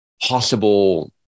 possible